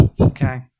Okay